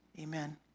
amen